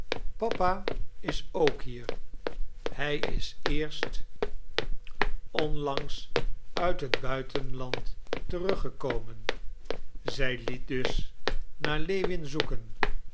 papa is ook hier hij is eerst onlangs uit het buitenland teruggekomen zij liet dus naar lewin zoeken